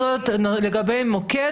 מיוחדים ושירותי דת יהודיים): לגבי מידע במוקד